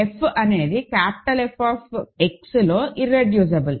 f అనేది capital F Xలో irreducible